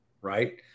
right